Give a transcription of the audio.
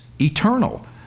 eternal